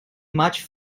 much